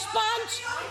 יש פאנץ',